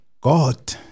God